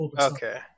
Okay